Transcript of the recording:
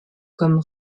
comme